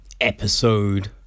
episode